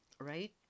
right